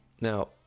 Now